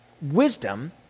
wisdom